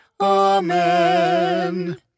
Amen